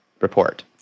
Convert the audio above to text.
report